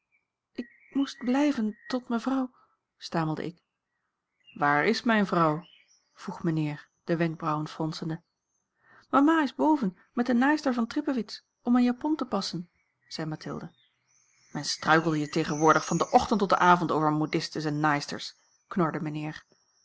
ik moest blijven tot mevrouw stamelde ik a l g bosboom-toussaint langs een omweg waar is mijne vrouw vroeg mijnheer de wenkbrauwen fronsende mama is boven met de naaister van trippewitz om eene japon te passen zei mathilde men struikelt hier tegenwoordig van den ochtend tot den avond over modistes en naaisters knorde mijnheer